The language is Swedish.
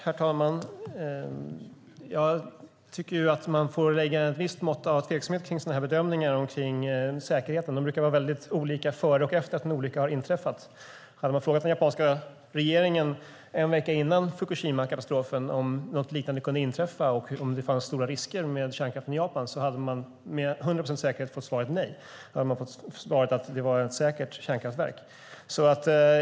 Herr talman! Man får ha ett visst mått av skepsis vad gäller den typen av bedömningar av säkerheten. De brukar vara väldigt olika före och efter en olycka. Hade man frågat den japanska regeringen en vecka före Fukushimakatastrofen om något sådant kunde inträffa eller om det fanns stora risker med kärnkraften i Japan hade man med hundra procents säkerhet fått ett nekande svar. Man hade fått svaret att det var ett säkert kärnkraftverk.